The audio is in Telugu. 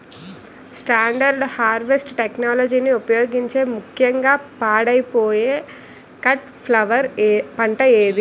స్టాండర్డ్ హార్వెస్ట్ టెక్నాలజీని ఉపయోగించే ముక్యంగా పాడైపోయే కట్ ఫ్లవర్ పంట ఏది?